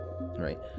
right